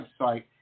website